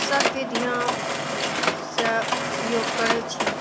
सब विधासँ उपयोग करय छै